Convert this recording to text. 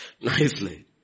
nicely